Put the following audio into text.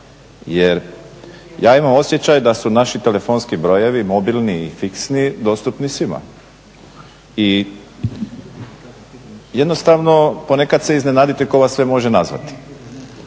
Jer ja imam osjećaj da su naši telefonski brojevi, mobilni i fiksni dostupni svima. I jednostavno ponekad se iznenadite tko vas sve može nazvati.